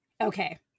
okay